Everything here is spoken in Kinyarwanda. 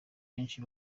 benshi